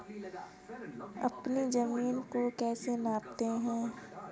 अपनी जमीन को कैसे नापते हैं?